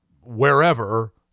wherever